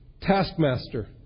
taskmaster